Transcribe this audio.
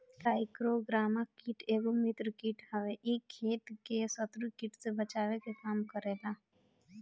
trichogramma कीट एगो मित्र कीट हवे इ खेत के शत्रु कीट से बचावे के काम करेला